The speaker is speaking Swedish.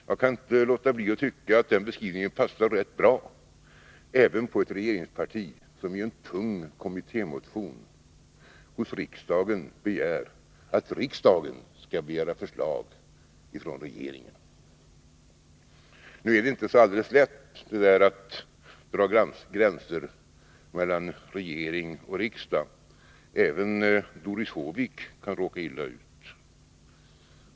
Jag kan inte låta bli att tycka att den beskrivningen passar rätt bra även på ett regeringsparti som i en tung kommittémotion begär att riksdagen skall begära förslag från regeringen. Nu är det inte så lätt att dra gränser mellan regering och riksdag. Även Doris Håvik kan råka illa ut.